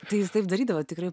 tai jūs taip darydavot tikrai